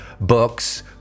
books